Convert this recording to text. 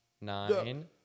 nine